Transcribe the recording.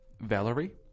Valerie